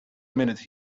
minute